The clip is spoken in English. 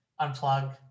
unplug